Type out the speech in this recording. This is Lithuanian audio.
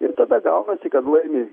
ir tada gaunasi kad laimi